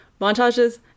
Montages